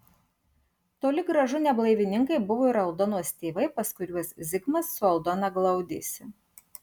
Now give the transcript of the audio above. toli gražu ne blaivininkai buvo ir aldonos tėvai pas kuriuos zigmas su aldona glaudėsi